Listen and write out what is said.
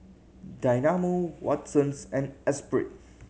Dynamo Watsons and Espirit